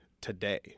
today